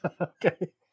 okay